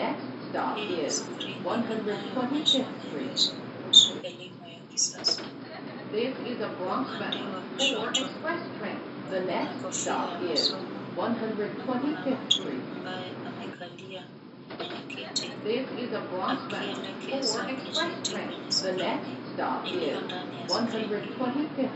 Hii ni skrini inayoonyesha maelezo kuhusu elimu ya kisasa. Kwa upande wa kushoto kuna kofia ya masomo na kuna mtu ambaye amekalia kwenye kiti akielekeza kijiti kwenye skrini iliyo ndani ya skrini hii.